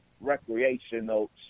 recreational